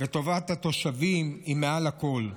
וטובת התושבים היא מעל הכול.